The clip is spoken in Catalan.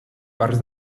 parcs